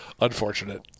unfortunate